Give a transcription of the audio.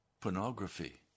pornography